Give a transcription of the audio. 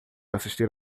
assistir